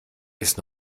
ist